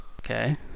Okay